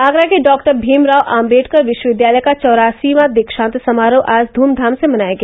आगरा के डॉक्टर भीमराम आम्बेडकर विश्वविद्यालय का चौरासीवां दीक्षांत समारोह आज ध्रमधाम से मनाया गया